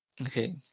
Okay